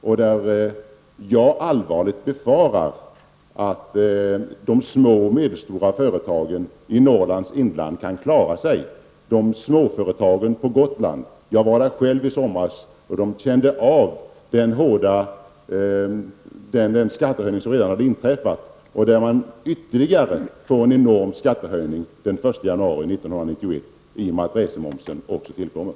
Jag befarar allvarligt att de små och medelstora företagen i Norrlands inland inte kan klara sig. De små företagen på Gotland -- där jag själv var i somras -- kände av den hårda skattehöjning som redan inträffat, och man får där ytterligare en enorm skattehöjning den 1 januari 1990 i och med att resemomsen också tillkommer.